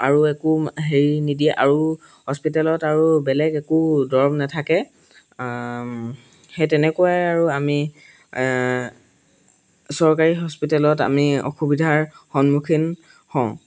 আৰু একো হেৰি নিদিয়ে আৰু হস্পিতেলত আৰু বেলেগ একো দৰৱ নাথাকে সেই তেনেকুৱাই আৰু আমি চৰকাৰী হস্পিতেলত আমি অসুবিধাৰ সন্মুখীন হওঁ